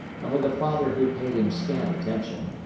and with a father who paid him scant attention,